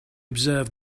observe